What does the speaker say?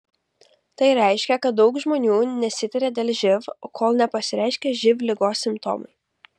tai reiškia kad daug žmonių nesitiria dėl živ kol nepasireiškia živ ligos simptomai